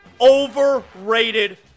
overrated